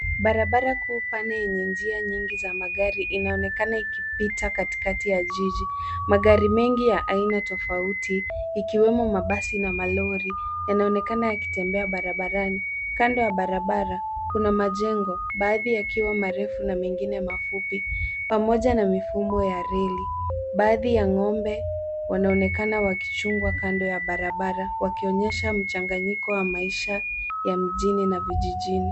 Barabara kuu pana yenye njia nyingi za magari inaonekana ikipita katikati ya jiji. Magari mengi ya aina tofauti, ikiwemo mabasi na malori, yanaonekana yakitembea barabarani. Kando ya barabara, kuna majengo, baadhi yakiwa marefu na mingine mafupi, pamoja na mifumo ya reli. Baadhi ya ngombe, wanaonekana wakichungwa kando ya barabara, wakionyesha mchanganyiko wa maisha ya mjini na vijijini.